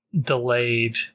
delayed